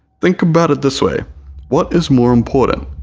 think about it this way what is more important,